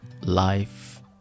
life